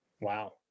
Wow